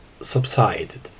subsided